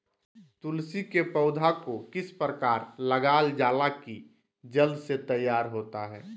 तुलसी के पौधा को किस प्रकार लगालजाला की जल्द से तैयार होता है?